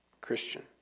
Christian